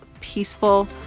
peaceful